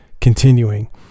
continuing